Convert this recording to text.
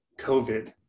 COVID